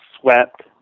swept